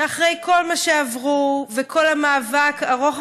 שאחרי כל מה שעברו וכל המאבק ארוך